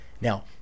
Now